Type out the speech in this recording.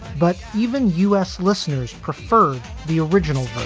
but even u s. listeners preferred the original